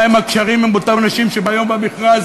מה הם הקשרים עם אותם אנשים שביום המכרז